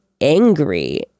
angry